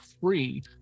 free